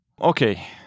Okay